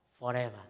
forever